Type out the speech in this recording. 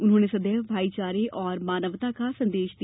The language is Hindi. उन्होंने सदैव भाईचारे और मानवता का संदेश दिया